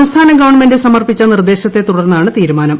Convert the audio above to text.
സംസ്ഥാന ഗവൺമെന്റ് സമർപ്പിച്ച നിർദ്ദേശത്തെ തുടർന്നാണ് തീരുമാനം